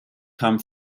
come